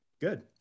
good